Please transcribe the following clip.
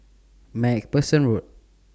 MacPherson Road